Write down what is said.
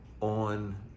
on